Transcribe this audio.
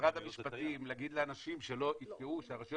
משרד המשפטים לומר לאנשים לגבי הרשויות